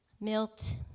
Milt